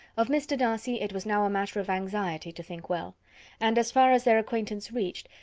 of mr. darcy it was now a matter of anxiety to think well and, as far as their acquaintance reached,